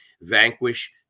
vanquish